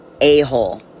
a-hole